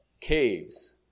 caves